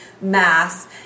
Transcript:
mass